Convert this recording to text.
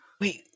Wait